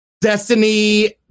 Destiny